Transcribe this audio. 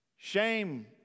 Shame